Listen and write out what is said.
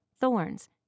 thorns